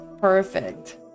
perfect